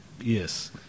Yes